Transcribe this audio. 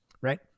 Right